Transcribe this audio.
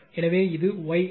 எனவே இது Y